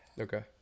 Okay